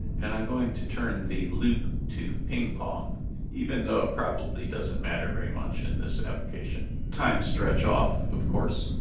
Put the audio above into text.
and i'm going to turn the loop to ping-pong even though probably doesn't matter very much in this application. timestretch off of course.